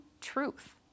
truth